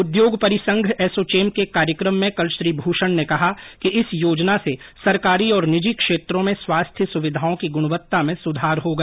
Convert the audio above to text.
उद्योग परिसंघ एसोचेम के एक कार्यक्रम में कल श्री भूषण ने कहा कि इस योजना से सरकारी और निजी क्षेत्रों में स्वास्थ्य सुविधाओं की गुणवत्ता में सुधार होगा